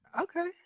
Okay